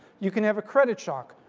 you can have a credit shock,